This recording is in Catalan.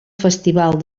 festival